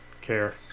care